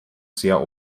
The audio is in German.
sehr